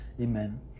Amen